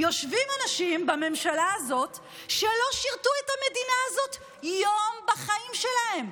יושבים אנשים בממשלה הזאת שלא שירתו את המדינה הזאת יום בחיים שלהם,